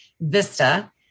VISTA